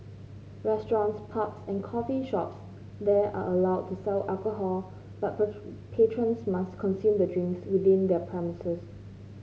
restaurants pubs and coffee shops there are allowed to sell alcohol but patrons must consume the drinks within their premises